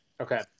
Okay